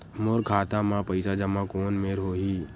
मोर खाता मा पईसा जमा कोन मेर होही?